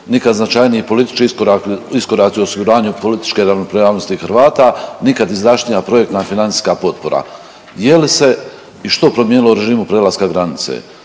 Nikad značajniji politički iskoraci osiguranju političke ravnopravnosti Hrvata, nikad izdašnija projektna financijska potpora. Je li se i što promijenilo u režimu prelaska granice?